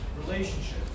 relationship